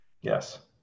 Yes